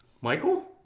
Michael